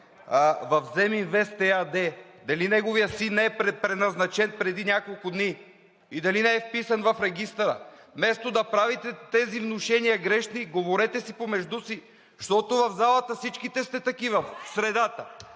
в „Земинвест“ ЕАД дали неговият син не е преназначен преди няколко дни и дали не е вписан в регистъра. Вместо да правите тези внушения – грешни, говорете помежду си, защото в залата всичките сте такива – в средата.